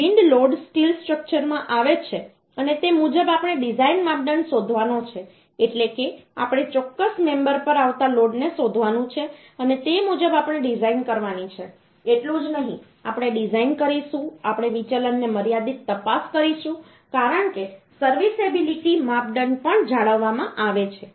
wind load steel સ્ટ્રક્ચરમાં આવે છે અને તે મુજબ આપણે ડિઝાઇન માપદંડ શોધવાનો છે એટલે કે આપણે ચોક્કસ મેમબરપર આવતા લોડને શોધવાનું છે અને તે મુજબ આપણે ડિઝાઇન કરવાની છે એટલું જ નહીં આપણે ડિઝાઇન કરીશું આપણે વિચલન ને મર્યાદિત તપાસ કરીશું કારણ કે સર્વિસએબિલિટી માપદંડ પણ જાળવવામાં આવે છે